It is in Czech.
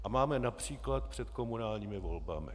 A máme například před komunálními volbami.